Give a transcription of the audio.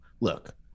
look